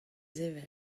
sevel